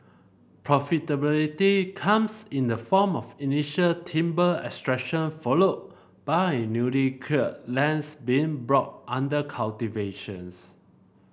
profitability comes in the form of initial timber extraction followed by newly cleared lands being brought under cultivations